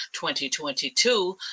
2022